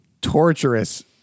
torturous